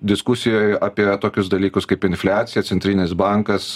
diskusijoje apie tokius dalykus kaip infliacija centrinis bankas